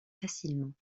facilement